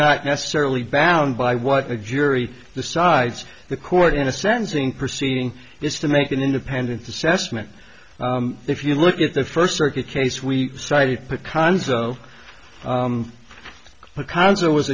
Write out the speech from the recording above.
not necessarily valid by what a jury decides the court in a sensing proceeding is to make an independent assessment if you look at the first circuit case we cited pecans though because there was